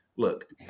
Look